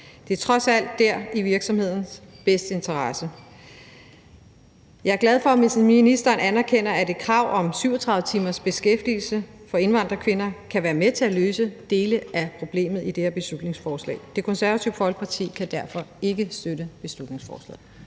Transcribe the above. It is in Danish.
Det er trods alt i virksomhedens bedste interesse. Jeg er glad for, at ministeren anerkender, at et krav om 37 timers beskæftigelse for indvandrerkvinder kan være med til at løse dele af problemet i det her beslutningsforslag. Det Konservative Folkeparti kan derfor ikke støtte beslutningsforslaget.